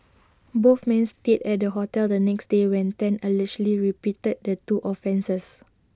both men stayed at the hotel the next day when Tan allegedly repeated the two offences